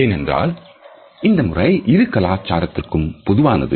ஏனென்றால் இந்த முறை இரு கலாச்சாரத்திற்கும் பொதுவானது